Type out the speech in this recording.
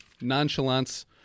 nonchalance